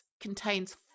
contains